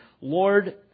Lord